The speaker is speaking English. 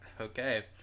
Okay